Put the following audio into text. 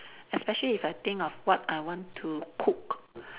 especially if I think of what I want to cook